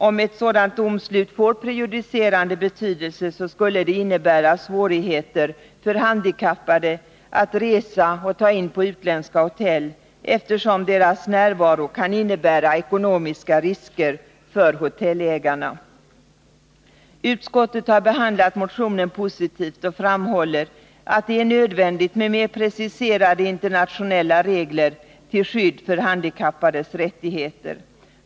Om ett sådant domslut får prejudicerande betydelse skulle det innebära svårigheter för handikappade att resa och ta in på utländska hotell, eftersom deras närvaro kan innebära ekonomiska risker för hotellägarna. Utskottet har behandlat motionen positivt och framhåller att det är nödvändigt med mer preciserade internationella regler till skydd för handikappades rättigheter.